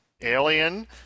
Alien